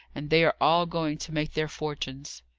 and they are all going to make their fortunes.